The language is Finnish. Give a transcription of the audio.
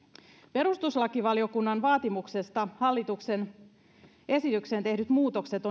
perustuslakivaliokunnan vaatimuksesta hallituksen esitykseen tehdyt muutokset